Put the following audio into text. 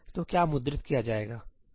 तो क्या मुद्रित किया जाएगा 2